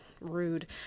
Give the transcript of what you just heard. rude